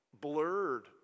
blurred